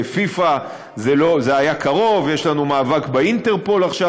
בפיפ"א זה היה קרוב, יש לנו מאבק באינטרפול עכשיו.